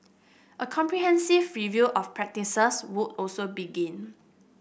a comprehensive review of practices would also begin